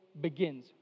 begins